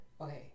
okay